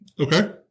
okay